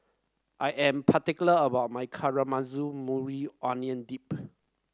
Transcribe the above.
I am particular about my Caramelized Maui Onion Dip